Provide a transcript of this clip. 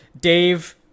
dave